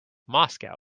moscow